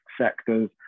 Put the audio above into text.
sectors